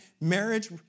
marriage